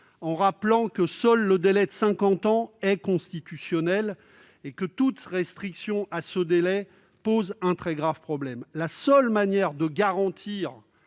a rappelé que seul le délai de cinquante ans est constitutionnel et que toute restriction à ce délai pose un grave problème. La seule manière d'apporter